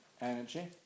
energy